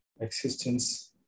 existence